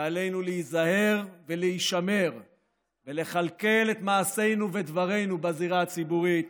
ועלינו להיזהר ולהישמר ולכלכל את מעשינו ודברינו בזירה הציבורית